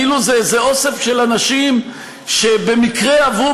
כאילו זה איזה אוסף של אנשים שבמקרה עברו